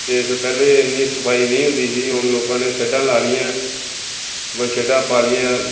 ਅਤੇ ਪਹਿਲੇ ਇੰਨੀ ਸਫਾਈ ਨਹੀਂ ਹੁੰਦੀ ਸੀ ਹੁਣ ਲੋਕਾਂ ਨੇ ਸ਼ੈੱਡਾਂ ਲਾ ਲਈਆਂ ਸ਼ੈੱਡਾਂ ਪਾ ਲਈਆਂ